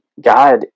God